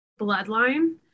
bloodline